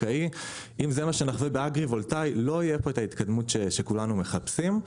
אם זה מה שנחווה באגרי-וולטאי לא תהיה פה את ההתקדמות שכולנו מחפשים.